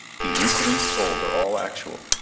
the incidents told are all actual,